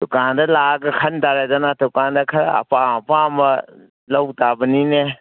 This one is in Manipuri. ꯗꯨꯀꯥꯟꯗ ꯂꯥꯛꯑꯒ ꯈꯟꯇꯥꯔꯦꯗꯅ ꯗꯨꯀꯥꯟꯗ ꯈꯔ ꯑꯄꯥꯝ ꯑꯄꯥꯝꯕ ꯂꯧꯇꯥꯕꯅꯤꯅꯦ